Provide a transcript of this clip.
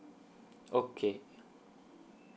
okay